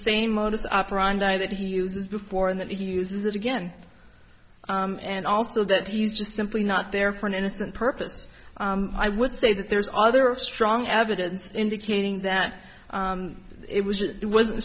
same modus operandi that he uses before and that he uses it again and also that he just simply not there for an innocent purpose i would say that there's other strong evidence indicating that it was it was